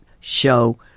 show